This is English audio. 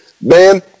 man